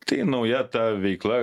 tai nauja ta veikla